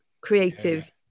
creative